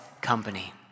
company